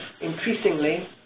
increasingly